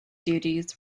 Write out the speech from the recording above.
duties